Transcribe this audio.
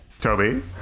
Toby